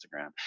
Instagram